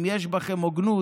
אם יש בכם הוגנות,